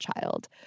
child